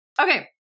Okay